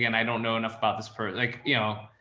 and i don't know enough about this person. like, you know,